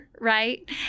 right